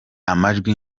amajwi